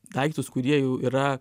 daiktus kurie jau yra